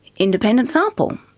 independent sample?